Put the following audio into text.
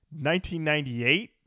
1998